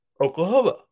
Oklahoma